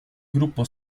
gruppo